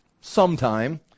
sometime